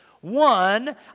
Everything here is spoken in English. One